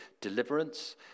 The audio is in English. deliverance